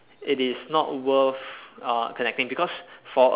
it is not worth uh connecting because for